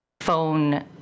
phone